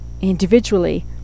individually